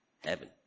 heaven